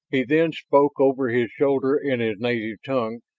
he then spoke over his shoulder in his native tongue,